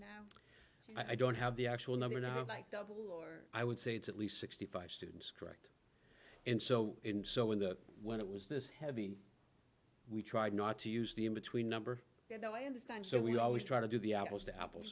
i don't have the actual number no like double or i would say it's at least sixty five students and so and so in that when it was this heavy we tried not to use the in between number you know i understand so we always try to do the apples to apples